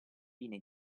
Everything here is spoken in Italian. fine